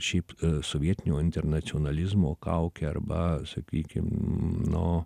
šiaip sovietinio internacionalizmo kaukę arba sakykim nu